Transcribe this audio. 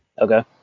Okay